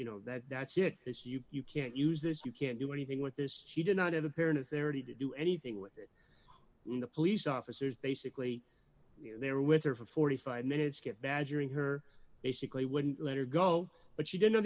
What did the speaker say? you know that that's it it's you you can't use this you can't do anything with this she did not have a parent authority to do anything with it when the police officers basically there with her for forty five minutes get badgering her basically wouldn't let her go but she didn't